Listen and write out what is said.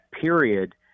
period